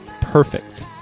Perfect